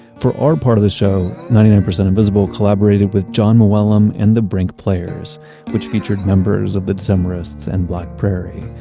for our part of the show, ninety nine percent invisible collaborated with jon mooallem and the brink players which featured members of the decemberists and black prairie.